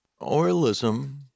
Oralism